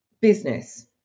business